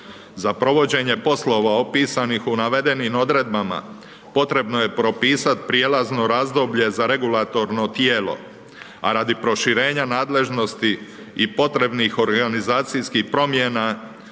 Za provođenje poslova opisanih u navedenim odredbama potrebno je propisat prijelazno razdoblje za regulatorno tijelo, a radi proširenja nadležnosti i potrebnih organizacijskih promjena